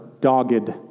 dogged